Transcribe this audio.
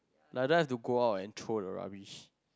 like I don't have to go out and throw the rubbish